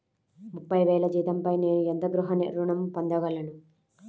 ముప్పై వేల జీతంపై నేను ఎంత గృహ ఋణం పొందగలను?